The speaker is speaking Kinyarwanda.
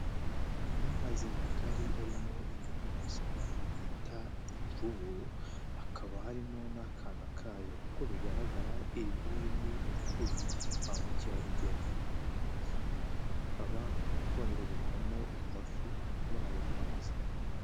Amazi magari arimo inyamaswa bita imvubu hakaba harimo n'akana kayo, uko bigaragara iri muri bimwe mu bikurura ba mukerarugendo baza kubizisura, hakaba hororerwamo amafi muri ayo mazi.